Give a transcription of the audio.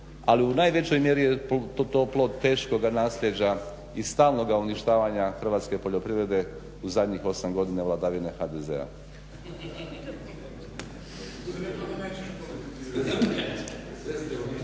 Ali u najvećoj mjeri je … od teškoga nasljeđa i stalnoga uništavanja hrvatske poljoprivrede u zadnjih 8 godina vladavine HDZ-a.